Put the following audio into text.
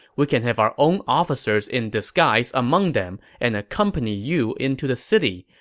we can have our own officers in disguise among them and accompany you into the city.